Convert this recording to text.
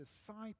disciple